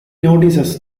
notices